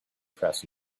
press